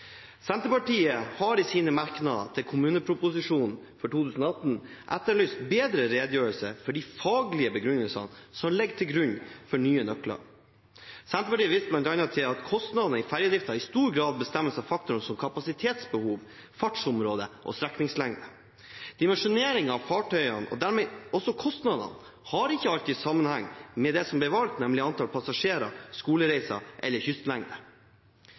Senterpartiet har i sine merknader til kommuneproposisjonen for 2018 etterlyst en bedre redegjørelse for de faglige begrunnelsene som ligger til grunn for nye nøkler. Senterpartiet viste bl.a. til at kostnadene i ferjedriften i stor grad bestemmes av faktorer som kapasitetsbehov, fartsområde og strekningslengde. Dimensjonering av fartøyene og dermed også kostnadene har ikke alltid sammenheng med antall passasjerer, skolereiser eller kystlengde.